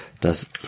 dass